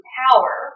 power